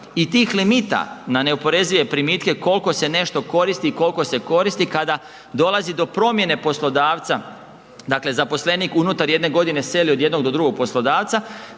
i tih limita na neoporezive primitke kolko se nešto koristi i kolko se koristi kada dolazi do promjene poslodavca, dakle zaposlenik unutar jedne godine seli od jednog do drugog poslodavca